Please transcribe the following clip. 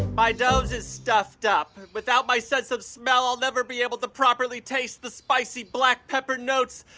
my nose is stuffed up. without my sense of smell, i'll never be able to properly taste the spicy black pepper notes,